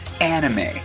anime